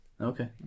okay